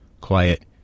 Quiet